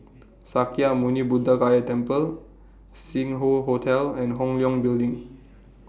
Sakya Muni Buddha Gaya Temple Sing Hoe Hotel and Hong Leong Building